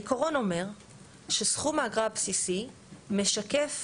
העיקרון אומר שסכום האגרה הבסיסי משקף